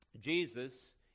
Jesus